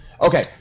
Okay